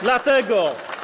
Dlatego!